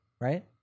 right